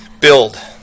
Build